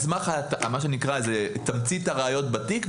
על סמך תמצית הראיות בתיק,